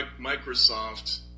Microsoft